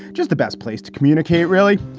just the best place to communicate, really.